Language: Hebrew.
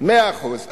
מאה אחוז.